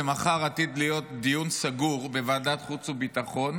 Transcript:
ומחר עתיד להיות דיון סגור בוועדת החוץ והביטחון